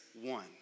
one